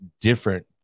different